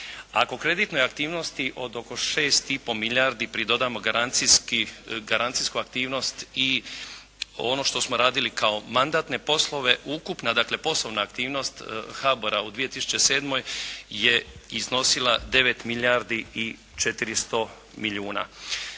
Ako kreditnoj aktivnosti od oko 6,5 milijardi pridodamo garancijsku aktivnosti i ono što smo radili kao mandatne poslove, ukupna dakle poslovna aktivnost HBOR-a u 2007. je iznosila 9 milijardi i 400 milijuna.